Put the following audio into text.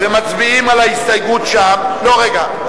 ומצביעים על ההסתייגות שם, לא, רגע.